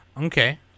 Okay